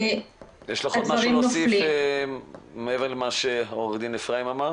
יש לך עוד משהו להוסיף מעבר למה שעו"ד אפרים אמר?